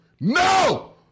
no